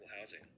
housing